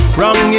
Wrong